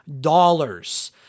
dollars